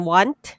Want